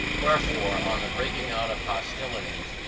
wherefore, on the breaking out of hostilities,